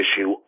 issue